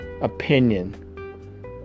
opinion